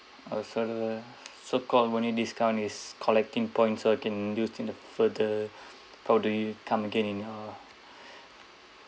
oh so lah so call the only discount is collecting points so I can use in the further for the come again in yeah